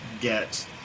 get